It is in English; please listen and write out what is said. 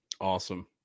Awesome